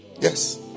Yes